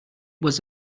was